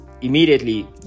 immediately